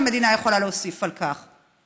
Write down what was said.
שהמדינה יכולה להוסיף על כך?